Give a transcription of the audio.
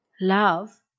love